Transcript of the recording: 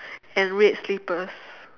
and red slippers